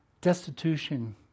destitution